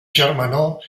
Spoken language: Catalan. germanor